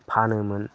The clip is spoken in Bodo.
फानोमोन